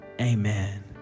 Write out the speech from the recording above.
amen